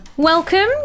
welcome